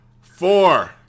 four